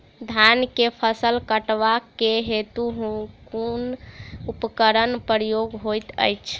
धान केँ फसल कटवा केँ हेतु कुन उपकरणक प्रयोग होइत अछि?